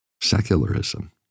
secularism